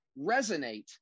resonate